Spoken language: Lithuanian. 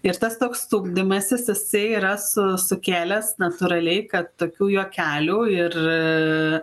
ir tas toks stumdymasis jisai yra su sukėlęs natūraliai kad tokių juokelių ir